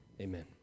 Amen